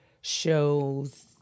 shows